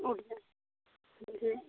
okay جی